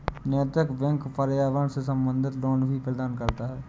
नैतिक बैंक पर्यावरण से संबंधित लोन भी प्रदान करता है